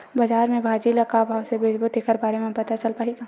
बजार में भाजी ल का भाव से बेचबो तेखर बारे में पता चल पाही का?